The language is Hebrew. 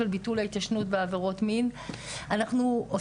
של ביטול ההתיישנות בעבירות מין.